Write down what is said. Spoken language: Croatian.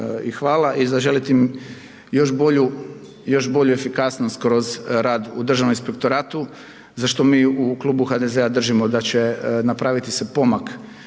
hvala i zaželit im još bolju, još bolje efikasnost kroz rad u Državnom inspektoratu, za što mi u klubu HDZ-a držimo da će napraviti se pomak